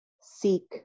seek